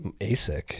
ASIC